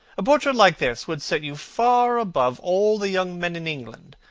a portrait like this would set you far above all the young men in england,